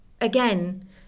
again